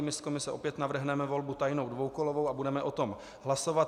My z komise opět navrhneme volbu tajnou dvoukolovou a budeme o tom hlasovat.